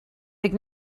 big